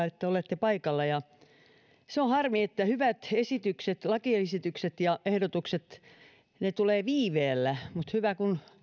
että olette paikalla se on harmi että hyvät lakiesitykset ja ehdotukset tulevat viiveellä mutta on hyvä kun